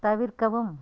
தவிர்க்கவும்